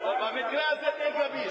במקרה הזה תהיה גמיש.